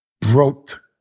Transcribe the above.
broke